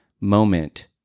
moment